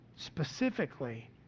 specifically